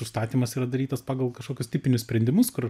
užstatymas yra darytas pagal kažkokius tipinius sprendimus kur